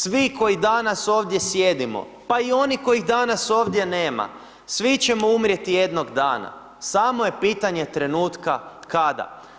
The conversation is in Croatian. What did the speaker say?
Svi koji danas ovdje sjedimo, pa i oni kojih danas ovdje nema, svi ćemo umrijeti jednog dana, samo je pitanje trenutka kada.